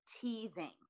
teething